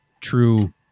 true